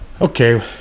Okay